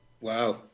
wow